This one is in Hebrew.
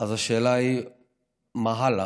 אז השאלה היא מה הלאה.